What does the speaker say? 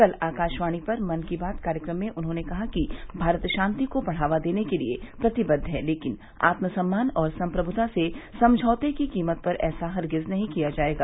कल आकाशवाणी पर मन की बात कार्यक्रम में उन्होंने कहा कि भारत शांति को बढ़ावा देने के लिए प्रतिबद्द है लेकिन आत्म सम्मान और संप्रमृता से समझौते की कीमत पर ऐसा हरगिज नहीं किया जाएगा